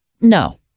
No